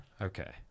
Okay